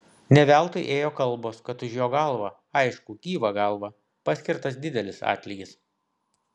ne veltui ėjo kalbos kad už jo galvą aišku gyvą galvą paskirtas didelis atlygis